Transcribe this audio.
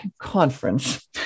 conference